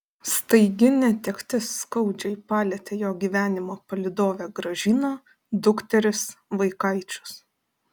staigi netektis skaudžiai palietė jo gyvenimo palydovę gražiną dukteris vaikaičius